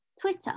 Twitter